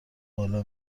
بالا